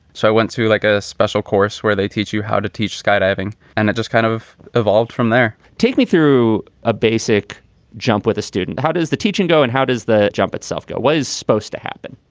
so i went to like a special course where they teach you how to teach skydiving. and it just kind of evolved from there take me through a basic jump with a student. how does the teaching go and how does the jump itself go? what is supposed to happen?